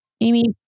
Amy